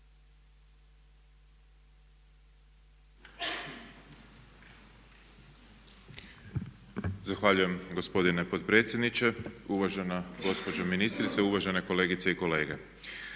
Zahvaljujem gospodine potpredsjedniče. Uvažena gospođo ministrice, uvažene kolegice i kolege.